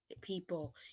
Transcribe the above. people